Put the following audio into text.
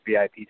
VIP